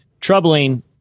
troubling